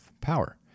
power